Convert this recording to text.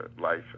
life